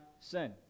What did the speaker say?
sin